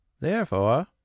Therefore